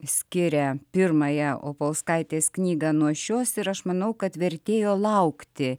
skiria pirmąją opolskaitės knygą nuo šios ir aš manau kad vertėjo laukti